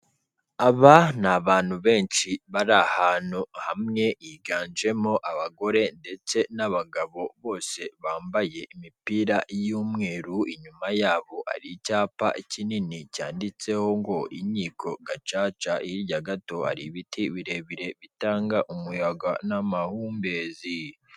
Aba n'abantu benshi bari ahantu hamwe higanjemo abagore ndetse n'abagabo bose bambaye imipira y'umweru, inyuma yabo ari icyapa kinini cyanditseho ngo inkiko Gacaca. Hirya gato hari ibiti birebire bitanga umuyaga n'amahumbezi.